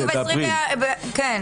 באפריל.